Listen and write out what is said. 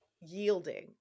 Yielding